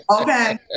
Okay